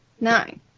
nine